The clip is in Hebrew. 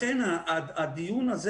לכן הדיון הזה